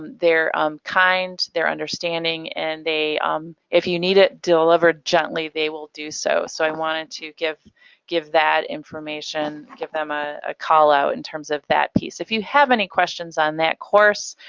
they're kind, they're understanding and, um if you need it delivered gently they will do so. so i wanted to give give that information, give them a call out in terms of that piece. if you have any questions on that course,